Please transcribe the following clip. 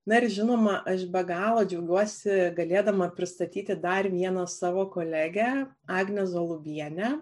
na ir žinoma aš be galo džiaugiuosi galėdama pristatyti dar vieną savo kolegę agnę zolubienę